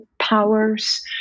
powers